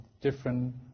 different